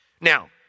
Now